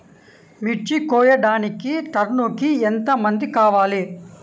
మిర్చి కోయడానికి టన్నుకి ఎంత మంది కావాలి?